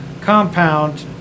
compound